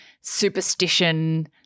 superstition